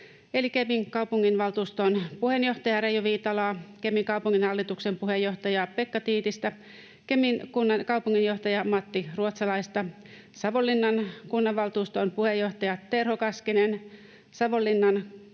eli Kemin kaupunginvaltuuston puheenjohtaja Reijo Viitalaa, Kemin kaupunginhallituksen puheenjohtaja Pekka Tiitistä, Kemin kaupunginjohtaja Matti Ruotsalaista, Savonlinnan kaupunginvaltuuston puheenjohtaja Terho Kaskista, Savonlinnan